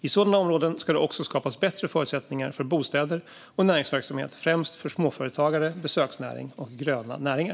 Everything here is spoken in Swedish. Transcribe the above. I sådana områden ska det också skapas bättre förutsättningar för bostäder och näringsverksamhet, främst för småföretagare, besöksnäring och gröna näringar.